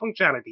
functionality